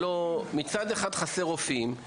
מצד אחד חסרים רופאים,